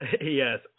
Yes